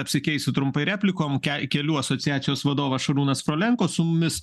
apsikeisiu trumpai replikom ke kelių asociacijos vadovas šarūnas frolenko su mumis